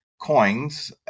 coins